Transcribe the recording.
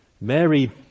Mary